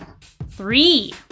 Three